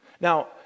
Now